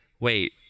wait